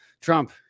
Trump